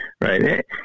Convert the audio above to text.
right